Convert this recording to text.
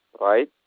right